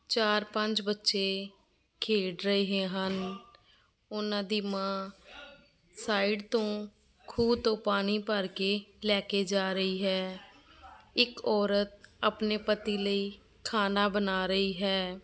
ਚਾਰ ਪੰਜ ਬੱਚੇ ਖੇਡ ਰਹੇ ਹਨ ਉਹਨਾਂ ਦੀ ਮਾਂ ਸਾਈਡ ਤੋਂ ਖੂਹ ਤੋਂ ਪਾਣੀ ਭਰ ਕੇ ਲੈ ਕੇ ਜਾ ਰਹੀ ਹੈ ਇੱਕ ਔਰਤ ਆਪਣੇ ਪਤੀ ਲਈ ਖਾਣਾ ਬਣਾ ਰਹੀ ਹੈ